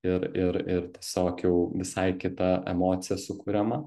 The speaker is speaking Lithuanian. ir ir ir tiesiog jau visai kita emocija sukuriama